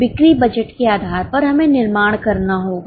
बिक्री बजट के आधार पर हमें निर्माण करना होगा